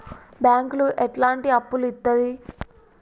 బ్యాంకులు ఎట్లాంటి అప్పులు ఇత్తది?